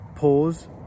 Pause